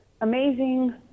amazing